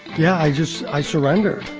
yeah, i just, i surrender.